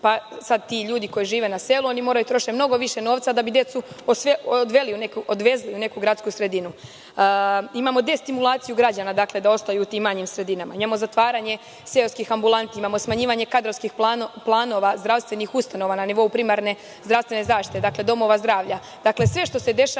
Sad ti ljudi koji žive na selu, moraju da troše mnogo više novca da bi decu odvezli u neku gradsku sredinu. Imamo destimulaciju građana, dakle, da ostaju u tim manjim sredinama. Imamo zatvaranje seoskih ambulanti, imamo smanjivanje kadrovskih planova zdravstvenih ustanova na nivou primarne zdravstvene zaštite, dakle, domova zdravlja.